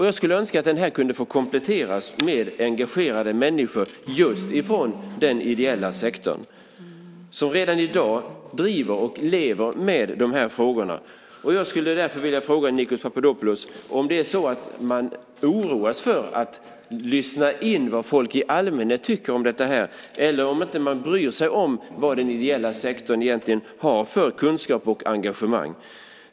Jag skulle önska att den kunde få kompletteras med engagerade människor just ifrån den ideella sektorn, som redan i dag driver och lever med de här frågorna. Jag skulle därför vilja fråga Nikos Papadopoulos om man oroas för att lyssna in vad folk i allmänhet tycker om detta eller om man inte bryr sig om vad den ideella sektorn egentligen har för kunskap och engagemang.